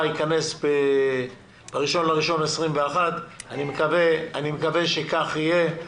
ייכנס ב-1 בינואר 2021. אני מקווה שכך יהיה.